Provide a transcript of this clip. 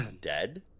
dead